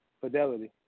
Fidelity